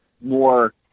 more